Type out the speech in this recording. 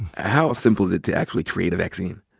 how simple is it to actually create a vaccine?